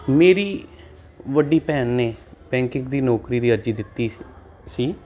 ਮੇਰੀ ਵੱਡੀ ਭੈਣ ਨੇ ਬੈਂਕਿੰਗ ਦੀ ਨੌਕਰੀ ਦੀ ਅਰਜ਼ੀ ਦਿੱਤੀ ਸੀ